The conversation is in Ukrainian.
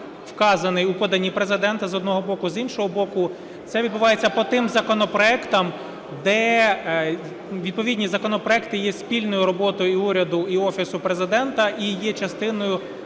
вказаний в поданні Президента, з одного боку; з іншого боку, це відбувається по тим законопроектам, де відповідні законопроекти є спільною роботою і уряду, і Офісу Президента, і є частиною